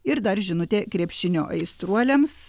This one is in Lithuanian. ir dar žinutė krepšinio aistruoliams